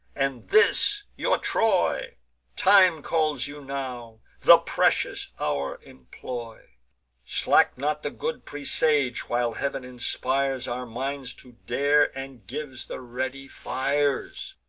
and this your troy time calls you now the precious hour employ slack not the good presage, while heav'n inspires our minds to dare, and gives the ready fires.